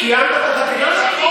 סיימת את החקירה?